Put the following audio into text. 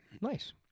Nice